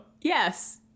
Yes